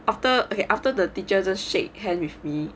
after okay after the teachers shake hand with me